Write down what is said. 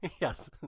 Yes